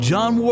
John